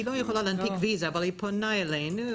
היא לא יכולה להנפיק ויזה אבל היא פונה אלינו,